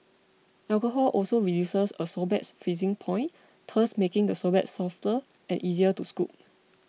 alcohol also reduces a sorbet's freezing point thus making the sorbet softer and easier to scoop